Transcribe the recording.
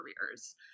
careers